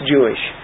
Jewish